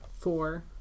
four